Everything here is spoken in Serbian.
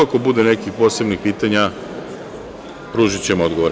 Ako bude nekih posebnih pitanja, pružićemo odgovore.